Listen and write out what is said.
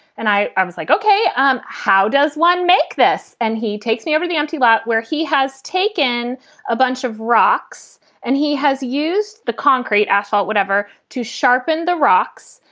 and i i was like, ok. um how does one make this? and he takes me over the empty lot where he has taken a bunch of rocks and he has used the concrete, asphalt, whatever, to sharpen the rocks.